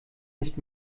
nicht